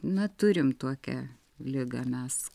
na turim tokią ligą mes